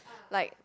like